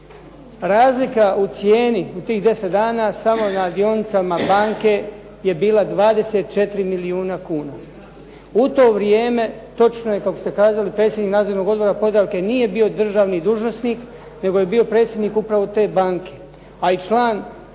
Razlika u cijeni u tih deset dana samo na dionicama banke je bila 24 milijuna kuna. U to vrijeme, točno je kako ste kazali, predsjednik Nadzornog odbora "Podravke" nije bio državni dužnosnik nego je bio predsjednik upravo te banke. A i član nadzornog